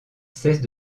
cesse